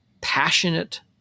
passionate